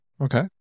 Okay